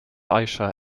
aisha